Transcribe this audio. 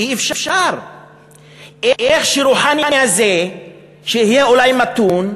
אי-אפשר שרוחאני הזה יהיה אולי מתון,